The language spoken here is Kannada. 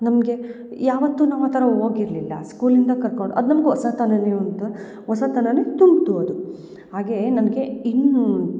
ನಮಗೆ ಯಾವತ್ತು ನಾವು ಆ ಥರ ಹೋಗಿರ್ಲಿಲ್ಲ ಸ್ಕೂಲಿಂದ ಕರ್ಕೊಂಡು ಅದು ನಮ್ಗೆ ಹೊಸತನನೇ ಉಂಟು ಹೊಸತನನೇ ತುಂಬ್ತು ಅದು ಹಾಗೆ ನನಗೆ ಇನ್ನು